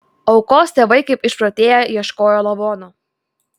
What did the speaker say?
aukos tėvai kaip išprotėję ieškojo lavono